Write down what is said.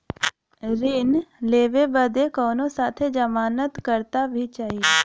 ऋण लेवे बदे कउनो साथे जमानत करता भी चहिए?